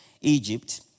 Egypt